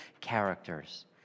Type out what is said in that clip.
characters